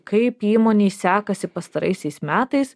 kaip įmonei sekasi pastaraisiais metais